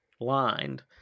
lined